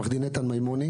עורך-דין נטע מימוני.